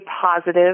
positive